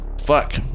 fuck